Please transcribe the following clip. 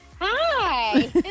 Hi